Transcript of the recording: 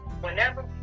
Whenever